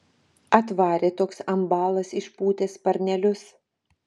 atvarė toks ambalas išpūtęs sparnelius